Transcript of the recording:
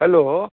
hello